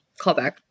callback